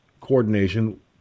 coordination